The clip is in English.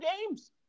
games